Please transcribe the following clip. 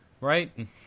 right